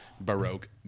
Baroque